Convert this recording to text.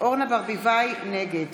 נגד